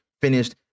finished